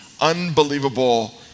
unbelievable